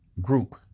group